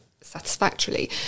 satisfactorily